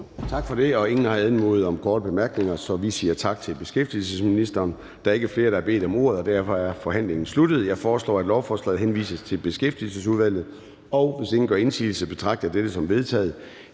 Tak for det. Ingen har anmodet om korte bemærkninger, så vi siger tak til beskæftigelsesministeren. Der er ikke flere, der har bedt om ordet, og derfor er forhandlingen sluttet. Jeg foreslår, at lovforslaget henvises til Beskæftigelsesudvalget. Og hvis ingen gør indsigelse, betragter jeg dette som vedtaget.